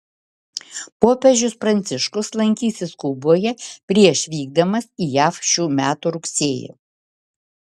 popiežius pranciškus lankysis kuboje prieš vykdamas į jav šių metų rugsėjį